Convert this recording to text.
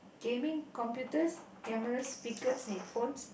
gaming computers cameras speakers and phones